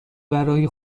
برای